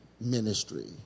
ministry